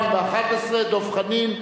העלאת גיל הנישואין).